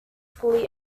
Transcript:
fully